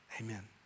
amen